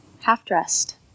Half-dressed